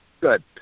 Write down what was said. Good